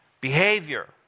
behavior